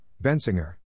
Bensinger